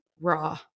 raw